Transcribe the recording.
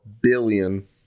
billion